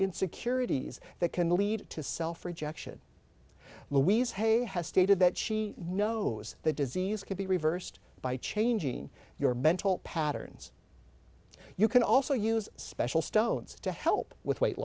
insecurities that can lead to self rejection louise hay has stated that she knows the disease can be reversed by changing your mental patterns you can also use special stones to help with weight